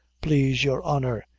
plase your honor,